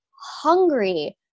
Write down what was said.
hungry